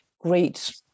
great